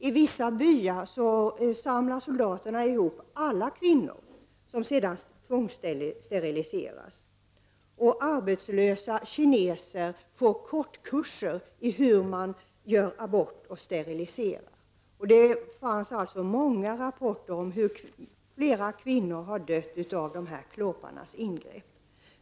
I vissa byar samlar soldaterna ihop alla kvinnor som sedan tvångssteriliseras. Arbetslösa kineser får kortkurser i hur man utför aborter och steriliserar. Det finns många rapporter om hur flera kvinnor har dött av dessa klåpares ingrepp.